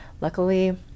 luckily